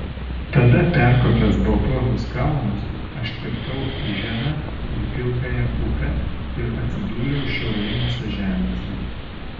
tada perkopęs baltuosius kalnus aš kirtau iženą ir pilkąją upę ir atsidūriau šiaurinėse žemėse